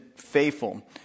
faithful